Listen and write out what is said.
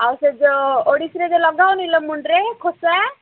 ଆଉ ସେ ଯେଉଁ ଓଡ଼ିଶୀରେ ଯୋ ଲଗା ହଉନି କିଲୋ ମୁଣ୍ଡରେ ଖୋସା